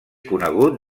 conegut